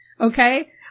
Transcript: Okay